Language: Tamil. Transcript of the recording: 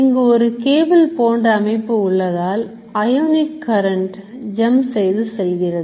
இங்கு ஒரு கேபிள் போன்ற அமைப்பு உள்ளதால் அயோனிக் கரண்ட் jump செய்து செல்கிறது